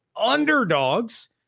underdogs